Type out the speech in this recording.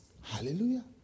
Hallelujah